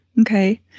okay